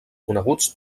coneguts